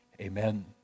amen